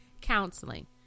counseling